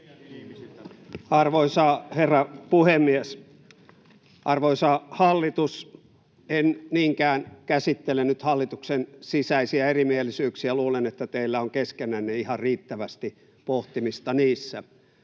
Arvoisa herra puhemies! Arvoisa hallitus! En niinkään käsittele nyt hallituksen sisäisiä erimielisyyksiä — luulen, että teillä on keskenänne ihan riittävästi pohtimista niissä.